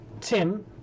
Tim